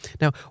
Now